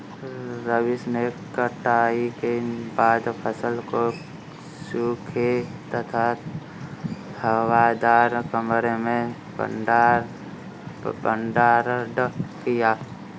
रवीश ने कटाई के बाद फसल को सूखे तथा हवादार कमरे में भंडारण किया